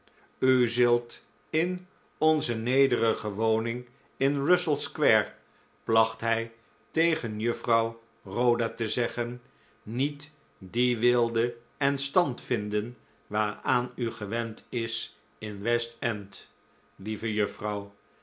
u zult in onze nederige woning in russell square placht hij tegen juffrouw rhoda te zeggen niet die weelde en stand vinden waaraan u gewend is in west end lieve juffrouw